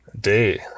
day